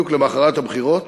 בדיוק למחרת הבחירות,